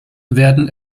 werden